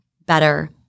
better